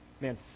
man